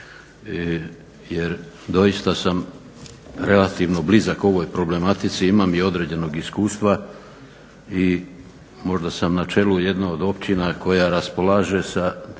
jer doista sam relativno blizak ovoj problematici, imam i određenog iskustva i možda sam na čelu jedne od općina koja raspolaže sa